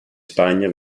spagna